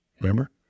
Remember